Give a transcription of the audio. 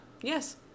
Yes